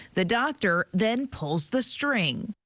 the doctor then pulls the string.